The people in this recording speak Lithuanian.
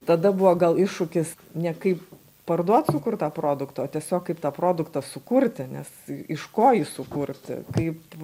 tada buvo gal iššūkis ne kaip parduot sukurtą produktą o tiesiog kaip tą produktą sukurti nes iš ko jį sukurti kaip